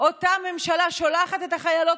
ראש הממשלה מנהל כושל,